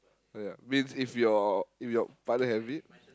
ya means if your if your partner have it